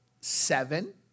seven